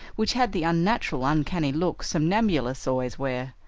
which had the unnatural, uncanny look somnambulists always wear.